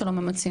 את התקציב?